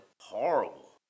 Horrible